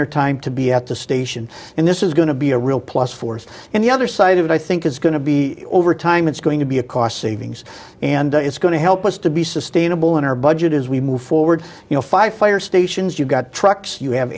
their time to be at the station and this is going to be a real plus force and the other side of it i think is going to be overtime it's going to be a cost savings and it's going to help us to be sustainable in our budget as we move forward you know five fire stations you've got trucks you have